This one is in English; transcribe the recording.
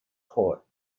court